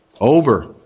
over